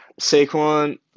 Saquon